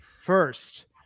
first